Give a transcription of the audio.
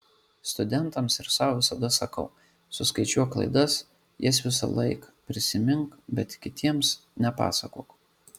studentams ir sau visada sakau suskaičiuok klaidas jas visąlaik prisimink bet kitiems nepasakok